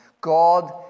God